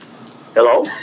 Hello